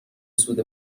سود